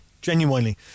genuinely